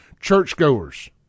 churchgoers